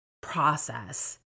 process